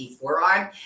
forearm